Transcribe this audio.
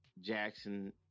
jackson